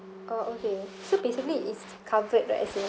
oh okay so basically is covered right as in